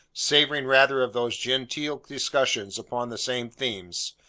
savouring rather of those genteel discussions upon the same themes,